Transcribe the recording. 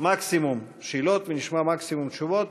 מקסימום שאלות ונשמע מקסימום תשובות.